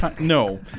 no